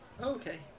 okay